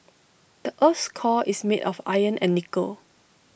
the Earth's core is made of iron and nickel